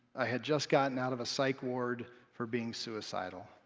i had just gotten out of a psych ward for being suicidal.